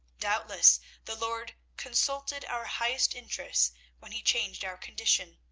doubtless the lord consulted our highest interests when he changed our condition,